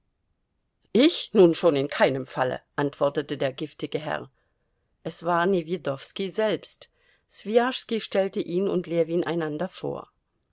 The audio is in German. ich nun schon in keinem falle antwortete der giftige herr es war newjedowski selbst swijaschski stellte ihn und ljewin einander vor